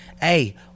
hey